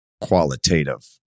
qualitative